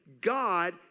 God